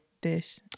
dish